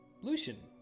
lucian